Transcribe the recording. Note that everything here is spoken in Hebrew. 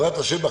בעזרת השם,